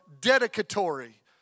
dedicatory